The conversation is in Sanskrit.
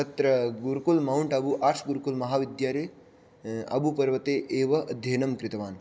तत्र गुरुकुल मौण्ट् आबु आर्षगुरुकुलमहाविद्यालये आबुपर्वते ए एव अध्ययनं कृतवान्